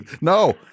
No